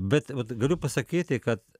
bet galiu pasakyti kad